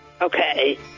Okay